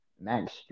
Max